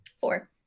Four